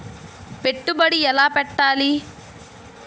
పెట్టుబడి ఎలా పెట్టాలి?